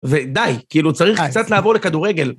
ודי, כאילו צריך קצת לעבור לכדורגל.